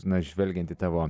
na žvelgiant į tavo